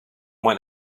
went